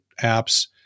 apps